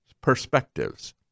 Perspectives